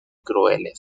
crueles